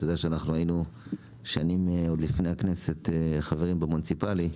אתה יודע שאנחנו היינו שנים חברים במוניציפלי עוד לפני הכנסת.